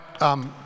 right